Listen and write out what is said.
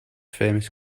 famous